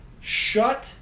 Shut